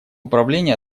управления